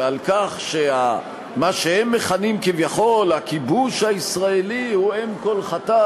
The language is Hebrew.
ועל כך שמה שהם מכנים כביכול הכיבוש הישראלי הוא אם כל חטאת,